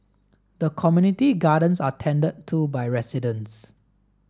the community gardens are tended to by residents